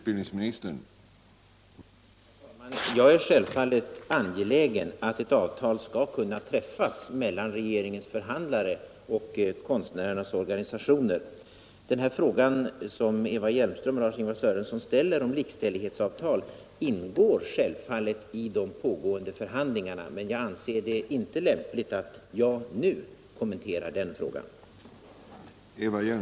Herr talman! Jag är självfallet angelägen om att ett avtal skall kunna träffas mellan regeringens förhandlare och konstnärernas organisationer. Den fråga som Eva Hjelmström och Lars-Ingvar Sörenson ställer om likställighetwsavtal ingår givetvis i de pågående förhandlingarna, men jag anser det inte lämpligt att jag nu kommenterar den frågan.